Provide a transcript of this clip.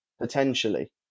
potentially